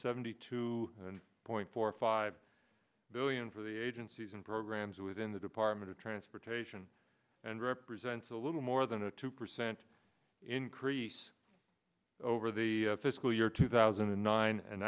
seventy two point four five billion for the agencies and programs within the department of transportation and represents a little more than a two percent increase over the fiscal year two thousand and nine and